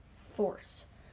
Force